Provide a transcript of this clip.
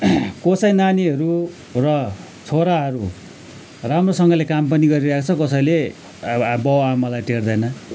कसैका नानीहरू र छोराहरू राम्रोसँगले काम पनि गरिरहेको छ कसैले बाबु आमालाई टेर्दैन